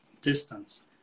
distance